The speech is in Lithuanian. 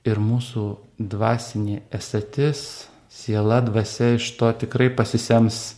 ir mūsų dvasinė esatis siela dvasia iš to tikrai pasisems